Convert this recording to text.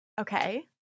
Okay